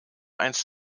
einst